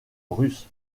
russe